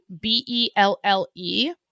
B-E-L-L-E